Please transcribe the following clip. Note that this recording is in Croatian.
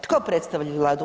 Tko predstavlja Vladu?